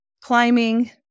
climbing